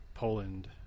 Poland